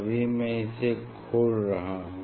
अभी मैं इसे खोल रहा हूँ